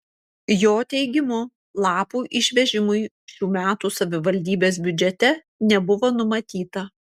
jo teigimu lapų išvežimui šių metų savivaldybės biudžete nebuvo numatyta